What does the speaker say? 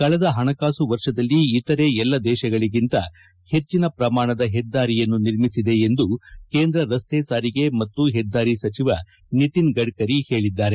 ಕಳೆದ ಹಣಕಾಸು ವರ್ಷದಲ್ಲಿ ಇತರೆ ಎಲ್ಲ ದೇಶಗಳಿಗಿಂತ ಹೆಚ್ಚಿನ ಪ್ರಮಾಣದ ಹೆದ್ದಾರಿಯನ್ನು ನಿರ್ಮಿಸಿದೆ ಎಂದು ಕೇಂದ್ರ ರಸ್ತೆ ಸಾರಿಗೆ ಮತ್ತು ಹೆದ್ದಾರಿ ಸಚಿವ ನಿತಿನ್ ಗಡ್ಕರಿ ಹೇಳಿದ್ದಾರೆ